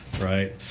Right